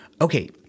Okay